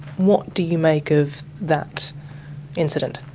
what do you make of that incident?